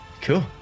cool